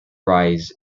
rise